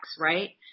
right